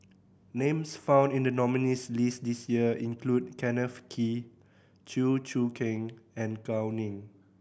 names found in the nominees' list this year include Kenneth Kee Chew Choo Keng and Gao Ning